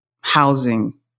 housing